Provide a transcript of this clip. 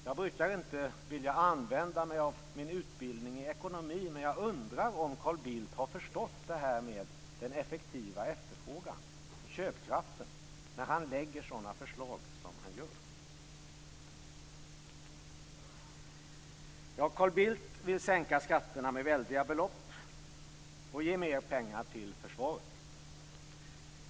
Jag brukar inte vilja använda mig av min utbildning i ekonomi, men jag undrar om Carl Bildt har förstått detta med effektiv efterfrågan - köpkraft - eftersom han lägger fram sådana förslag som han gör. Carl Bildt vill sänka skatterna med väldiga belopp och ge mer pengar till försvaret.